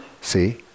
See